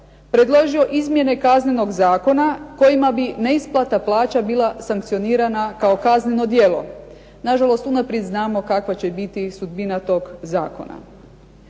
predložio izmjene Kaznenog zakona kojima bi neisplata plaća bila sankcionirana kao kazneno djelo. Nažalost, unaprijed znamo kakva će biti sudbina tog zakona.